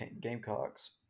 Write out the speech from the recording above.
Gamecocks